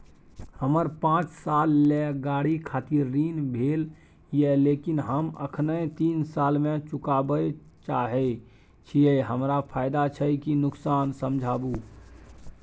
हमर पाँच साल ले गाड़ी खातिर ऋण भेल ये लेकिन हम अखने तीन साल में चुकाबे चाहे छियै हमरा फायदा छै की नुकसान समझाबू?